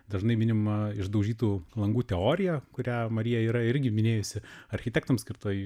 dažnai minima išdaužytų langų teorija kurią marija yra irgi minėjusi architektams skirtoj